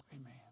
Amen